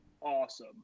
Awesome